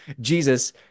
Jesus